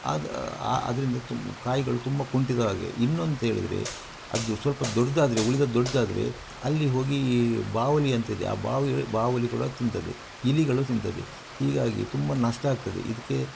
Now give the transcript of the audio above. ಅದು ಅದರಿಂದ ತುಮ್ ಕಾಯಿಗಳು ತುಂಬ ಕುಂಠಿತವಾಗಿದೆ ಇನ್ನೂ ಅಂಥೇಳಿದರೆ ಅದು ಸ್ವಲ್ಪ ದೊಡ್ಡದಾದ್ರೆ ಉಳಿದದ್ದು ದೊಡ್ಡದಾದ್ರೆ ಅಲ್ಲಿ ಹೋಗಿ ಈ ಬಾವಲಿ ಅಂತಿದೆ ಆ ಬಾವಲಿಗಳು ಬಾವಲಿಗಳು ಅದು ತಿಂತದೆ ಇಲಿಗಳು ತಿಂತದೆ ಹೀಗಾಗಿ ತುಂಬ ನಷ್ಟ ಆಗ್ತದೆ ಇದಕ್ಕೆ